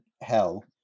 hell